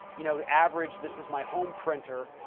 you know, average, this is my home printer.